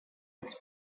its